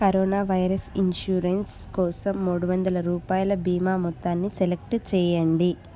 corona virus insurance కోసం మూడు వందల రూపాయల బీమా మొత్తాన్ని సెలెక్ట్ చేయండి